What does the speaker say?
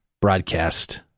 broadcast